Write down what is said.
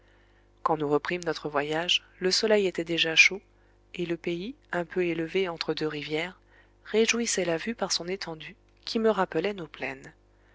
quand nous reprîmes notre voyage le soleil était déjà chaud et le pays un peu élevé entre deux rivières réjouissait la vue par son étendue qui me rappelait nos plaines